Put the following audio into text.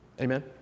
Amen